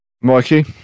Mikey